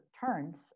turns